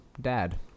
dad